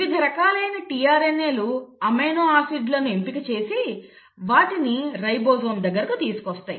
వివిధ రకాలైన tRNAలు అమైనో ఆసిడ్లను ఎంపిక చేసి వాటిని రైబోజోమ్ల వద్దకు తీసుకువస్తాయి